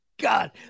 God